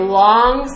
long